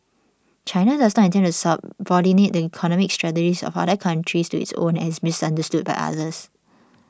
China does not intend to subordinate the economic strategies of other countries to its own and is misunderstood by others